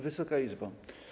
Wysoka Izbo!